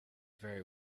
very